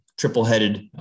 triple-headed